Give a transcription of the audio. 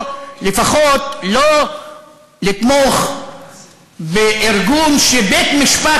או לפחות לא לתמוך בארגון שבית-משפט